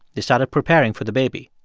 they started preparing for the baby.